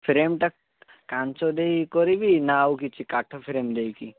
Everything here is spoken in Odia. ଫ୍ରେମଟା କାଚ ଦେଇ କରିବି ନା ଆଉ କିଛି କାଠ ଫ୍ରେମ ଦେଇକି